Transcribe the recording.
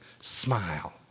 smile